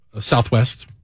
Southwest